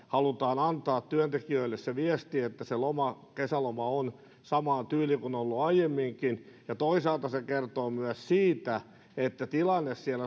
halutaan antaa työntekijöille se viesti että se kesäloma on samaan tyyliin kuin on ollut aiemminkin toisaalta se kertoo myös siitä että tilanne